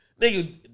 nigga